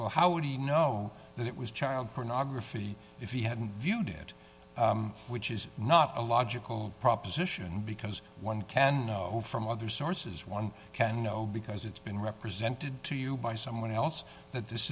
well how do you know that it was child pornography if he hadn't viewed it which is not a logical proposition because one can know from other sources one can know because it's been represented to you by someone else that this